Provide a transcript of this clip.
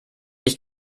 mich